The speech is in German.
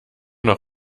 noch